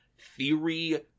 theory